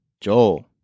Joel